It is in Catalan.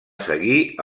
seguir